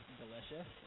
delicious